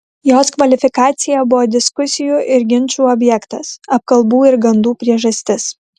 jos kvalifikacija buvo diskusijų ir ginčų objektas apkalbų ir gandų priežastis